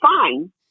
fine